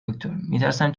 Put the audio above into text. دکتر، میترسم